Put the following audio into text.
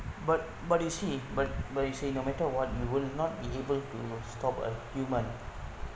but but you see but but you see no matter what you will not be able to stop a human